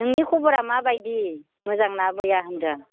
नोंनि खब'रा माबायदि मोजां ना बया होनदों